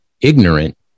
ignorant